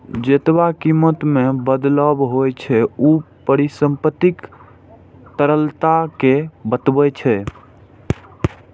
जेतबा कीमत मे बदलाव होइ छै, ऊ परिसंपत्तिक तरलता कें बतबै छै